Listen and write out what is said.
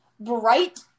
Bright